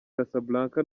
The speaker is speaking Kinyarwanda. casablanca